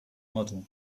model